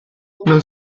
non